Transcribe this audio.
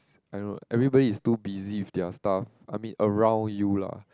I don't know everybody is too busy with their stuff I mean around you lah